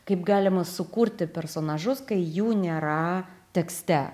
kaip galima sukurti personažus kai jų nėra tekste